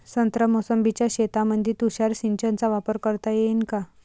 संत्रा मोसंबीच्या शेतामंदी तुषार सिंचनचा वापर करता येईन का?